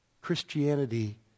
Christianity